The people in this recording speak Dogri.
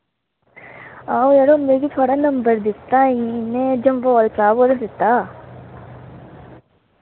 ओ यरो मिगी थोआड़ा नंबर दित्ता इ'नैं जम्वाल साह्ब होरें दित्ता